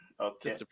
Okay